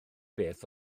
beth